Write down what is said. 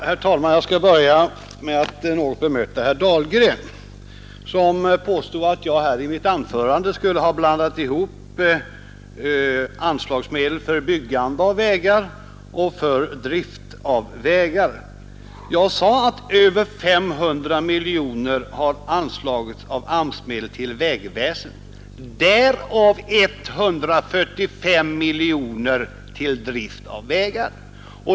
Herr talman! Jag skall börja med att något bemöta herr Dahlgren, som påstod att jag i mitt anförande blandade ihop anslagsmedel för byggande av vägar och medel för drift av vägar. Jag sade att över 500 miljoner kronor av AMS-medel har anslagits till vägväsendet, därav 145 miljoner till driften av vägar.